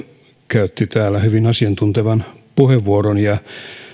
käytti täällä hyvin asiantuntevan puheenvuoron ja